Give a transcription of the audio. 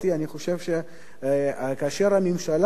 אני חושב שכאשר הממשלה,